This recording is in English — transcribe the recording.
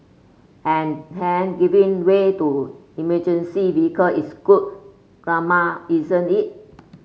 and hey giving way to emergency vehicle is good karma isn't it